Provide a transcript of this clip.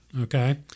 Okay